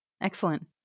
Excellent